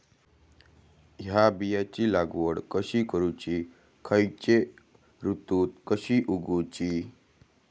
हया बियाची लागवड कशी करूची खैयच्य ऋतुत कशी उगउची?